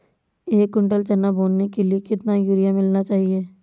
एक कुंटल चना बोने के लिए कितना यूरिया मिलाना चाहिये?